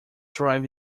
drive